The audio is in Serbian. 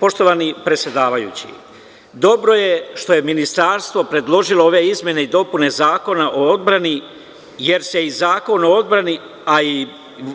Poštovani predsedavajući, dobro je što je Ministarstvo predložilo ove izmene i dopune zakona o odbrani, jer se i Zakon o odbrani, a i